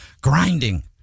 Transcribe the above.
Grinding